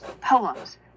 poems